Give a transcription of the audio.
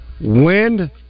Wind